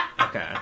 okay